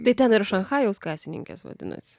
tai ten ir šanchajaus kasininkės vadinasi